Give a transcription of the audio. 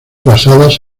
basadas